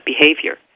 behavior